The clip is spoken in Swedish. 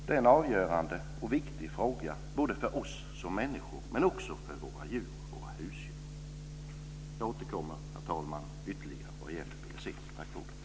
Det är en avgörande och viktig fråga både för oss för människor men också för våra djur och husdjur. Jag återkommer, fru talman, ytterligare vad gäller BSE.